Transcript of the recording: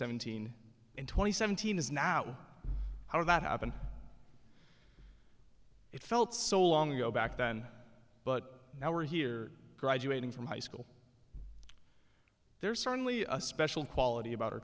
seventeen and twenty seventeen is now how that happened it felt so long ago back then but now we're here graduating from high school there's certainly a special quality about